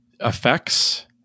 Effects